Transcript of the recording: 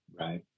Right